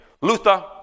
Luther